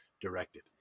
directed